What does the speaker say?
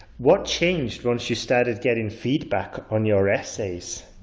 what changed once you started getting feedback on your essays?